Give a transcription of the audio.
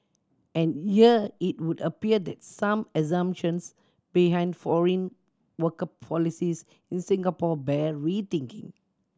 and here it would appear that some assumptions behind foreign worker policies in Singapore bear rethinking